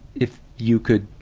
if you could